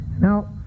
Now